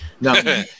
No